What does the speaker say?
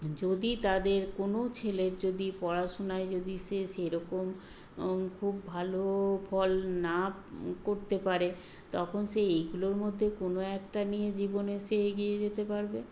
যদি তাদের কোনো ছেলের যদি পড়াশোনায় যদি সে সেরকম খুব ভালো ফল না করতে পারে তখন সে এইগুলোর মধ্যে কোনো একটা নিয়ে জীবনে সে এগিয়ে যেতে পারবে